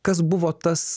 kas buvo tas